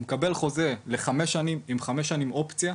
הוא מקבל חוזה לחמש שנים עם חמש שנים אופציה,